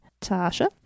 Tasha